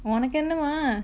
உனக்கென்னமா:unakkennamaa